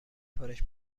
سفارش